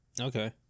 okay